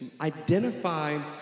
identify